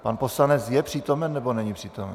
Pan poslanec je přítomen, nebo není přítomen?